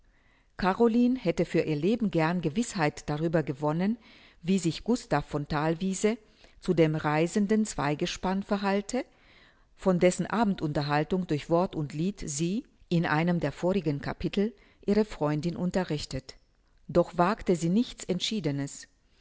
caroline hätte für ihr leben gern gewißheit darüber gewonnen wie sich gustav von thalwiese zu dem reisenden zweigespann verhalte von dessen abendunterhaltung durch wort und lied sie in einem der vorigen capitel ihre freundin unterrichtet doch wagte sie nichts entschiedenes